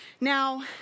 Now